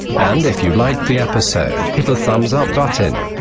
and if you liked the episode, hit the thumbs up button.